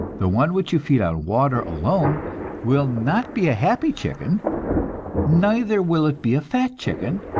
the one which you feed on water alone will not be a happy chicken neither will it be a fat chicken,